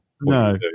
no